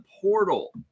portal